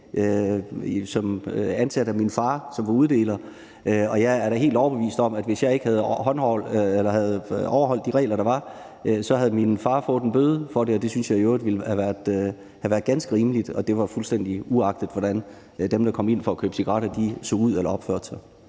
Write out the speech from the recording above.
som ansat af min far, som var uddeler, og jeg er da helt overbevist om, at hvis jeg ikke havde overholdt de regler, der var, havde min far fået en bøde for det, og det synes jeg i øvrigt ville have været ganske rimeligt, og det var, fuldstændig uagtet hvordan dem, der kom ind for at købe cigaretter, så ud eller opførte sig.